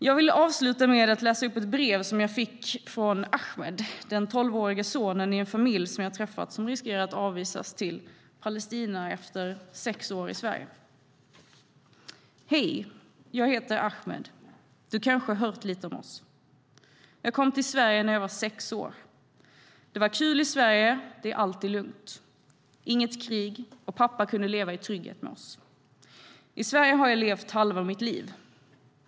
Jag vill avsluta med att läsa upp ett brev som jag fick från Ahmed, den tolvårige sonen i en familj som jag träffat, som riskerar att avvisas till Palestina efter sex år i Sverige: "Hej! Jag heter Ahmed. Du kanske hört lite om oss. Jag kom till Sverige när jag var 6 år. Det var kul i Sverige det är alltid lugnt. Inget krig och pappa kunde leva i trygghet med oss. I Sverige har jag levt halva mitt liv.